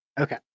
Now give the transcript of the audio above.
Okay